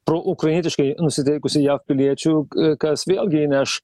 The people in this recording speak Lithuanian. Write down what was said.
proukrainietiškai nusiteikusiu jav piliečiu kas vėlgi įneš